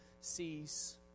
sees